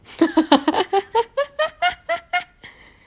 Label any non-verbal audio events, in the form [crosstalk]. [laughs]